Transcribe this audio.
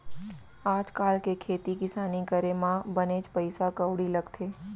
आज काल के खेती किसानी करे म बनेच पइसा कउड़ी लगथे